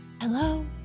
Hello